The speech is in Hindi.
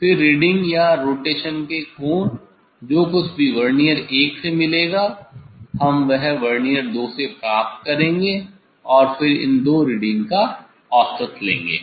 फिर रीडिंग या रोटेशन के कोण जो कुछ भी वर्नियर 1 से मिलेगा हम वह वर्नियर 2 पर प्राप्त करेंगे फिर हम इन दो रीडिंग का औसत लेंगे